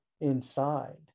inside